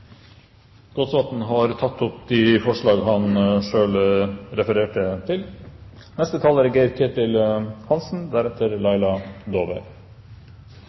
Gåsvatn har tatt opp de forslagene han refererte til. Det er